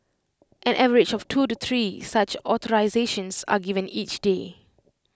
an average of two to three such authorisations are given each day